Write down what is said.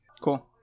Cool